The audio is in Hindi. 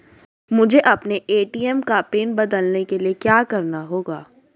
मुझे अपने ए.टी.एम का पिन बदलने के लिए क्या करना होगा?